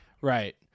right